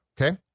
okay